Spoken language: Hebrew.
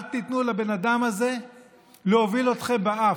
אל תיתנו לבן אדם הזה להוביל אתכם באף.